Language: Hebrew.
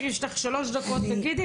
יש לך שלוש דקות לדבר,